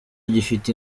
gifite